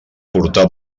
portar